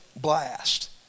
blast